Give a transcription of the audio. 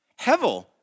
Hevel